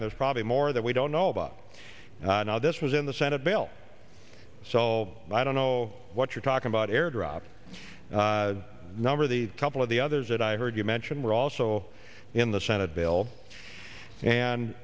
and there's probably more that we don't know about now this was in the senate bill so i don't know what you're talking about air drop number the couple of the others that i heard you mention were also in the senate bill and